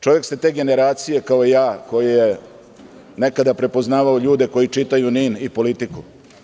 Čovek ste te generacija, kao i ja, koji je nekada prepoznavao ljude koji čitaju NIN i „Politiku“